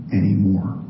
anymore